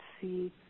see